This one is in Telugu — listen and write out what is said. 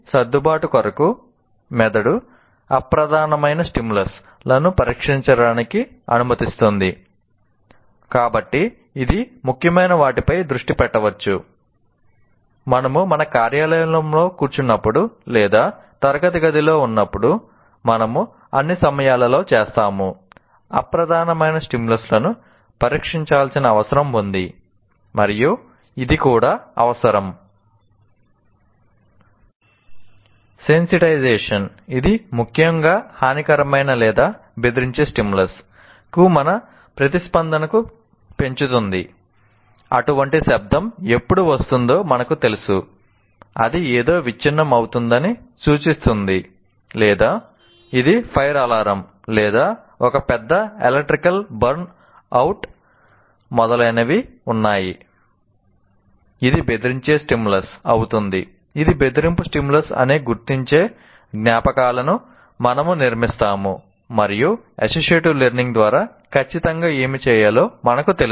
సెన్సిటైజెషన్ ద్వారా ఖచ్చితంగా ఏమి చేయాలో మనకు తెలుసు